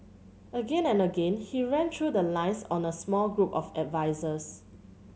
again and again he ran through the lines on a small group of advisers